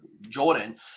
Jordan